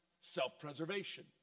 self-preservation